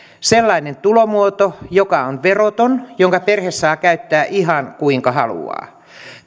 sellainen tulomuoto joka on veroton jonka perhe saa käyttää ihan kuinka haluaa